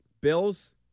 Bills